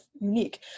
unique